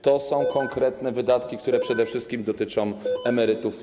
To są konkretne wydatki, które przede wszystkim dotyczą emerytów.